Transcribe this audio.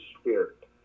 Spirit